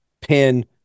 pin